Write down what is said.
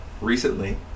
Recently